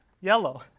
Yellow